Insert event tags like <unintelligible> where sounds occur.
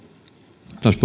arvoisa <unintelligible>